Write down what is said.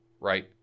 right